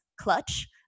clutch